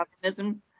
communism